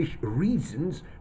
reasons